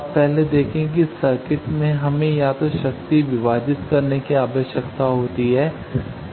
अब पहले देखें कि सर्किट में हमें या तो शक्ति को विभाजित करने की आवश्यकता है